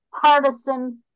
partisan